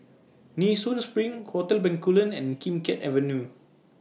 Nee Soon SPRING Hotel Bencoolen and Kim Keat Avenue